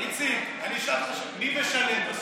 איציק, אני אשאל, מי משלם בסוף?